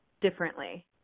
differently